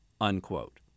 unquote